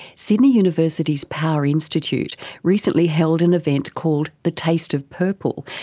sydney university's power institute recently held an event called the taste of purple,